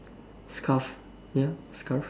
scarf ya scarf